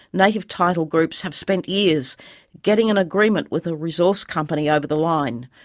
native title groups have spent years getting an agreement with a resource company over the line,